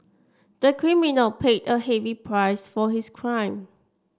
the criminal paid a heavy price for his crime